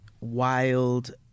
wild